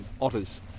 Otters